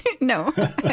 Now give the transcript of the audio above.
No